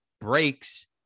breaks –